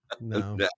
no